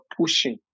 pushing